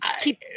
keep